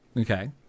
Okay